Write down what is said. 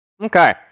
okay